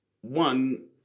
one